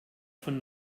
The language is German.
von